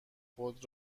خود